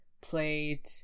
played